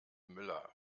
müller